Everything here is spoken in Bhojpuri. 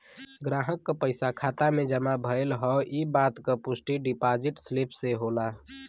ग्राहक क पइसा खाता में जमा भयल हौ इ बात क पुष्टि डिपाजिट स्लिप से होला